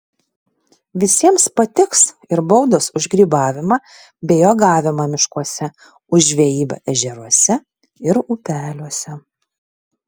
visiems patiks ir baudos už grybavimą bei uogavimą miškuose už žvejybą ežeruose ir upeliuose